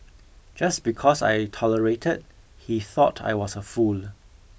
just because I tolerated he thought I was a fool